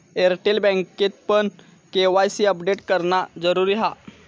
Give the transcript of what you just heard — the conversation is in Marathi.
एअरटेल बँकेतपण के.वाय.सी अपडेट करणा जरुरी हा